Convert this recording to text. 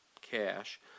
cash